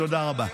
תודה רבה.